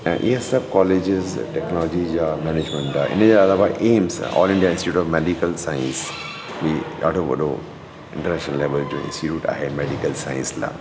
ऐं इहे सभु कॉलेजिज़ टेक्नोलॉजी जा मैनेजमेंट जा इनजे अलावा AIIMS all India institute of medical science बि डाढो वॾो इंटरनेशनल लेविल जो इंस्टीट्यूट आहे मेडीकल साइंस लाइ